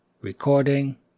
Recording